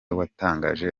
watangaje